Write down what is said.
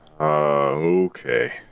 okay